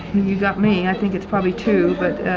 got me. i think it is probably two, but.